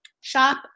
shop